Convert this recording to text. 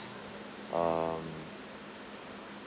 um